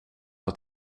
att